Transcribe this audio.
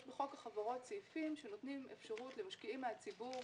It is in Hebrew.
יש בחוק החברות סעיפים שנותנים אפשרות למשקיעים מהציבור